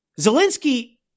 Zelensky